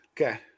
Okay